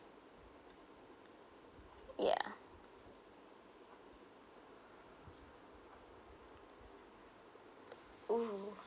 ya oo